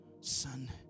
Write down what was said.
son